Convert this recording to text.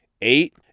Eight